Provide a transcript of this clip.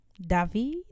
david